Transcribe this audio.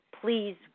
Please